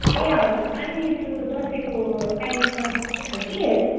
ए हजुर अहिले त्यो दसैँको टाइम चल्दैछ कि